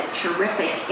terrific